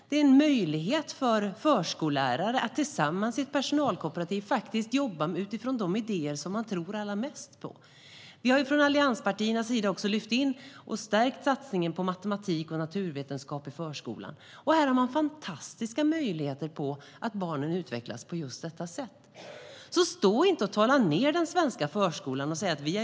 Det är en möjlighet för förskollärare att tillsammans i ett personalkooperativ jobba utifrån de idéer man tror allra mest på. Från allianspartiernas sida har vi stärkt satsningen på matematik och naturvetenskap i förskolan. Här har man fantastiska möjligheter att få barnen att utvecklas på just detta sätt. Stå inte och tala illa om den svenska förskolan!